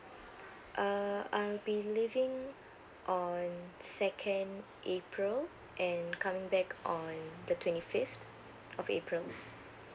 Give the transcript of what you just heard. uh I'll be leaving on second april and coming back on the twenty fifth of april